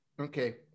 okay